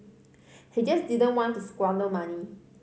he just didn't want to squander money